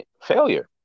failure